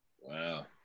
wow